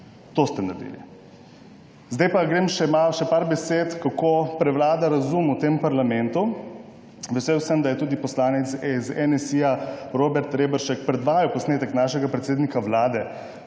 To ste naredili. Zdaj pa še nekaj besed, kako prevlada razum v tem parlamentu. Vesel sem, da je tudi poslanec iz NSi Robert Reberšek predvajal posnetek našega predsednika vlade.